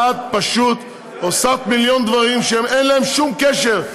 את פשוט הוספת מיליון דברים שאין להם שום קשר.